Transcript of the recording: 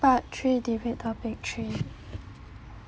part three debate topic three